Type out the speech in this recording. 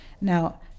Now